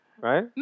right